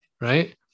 right